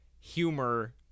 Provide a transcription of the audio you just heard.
humor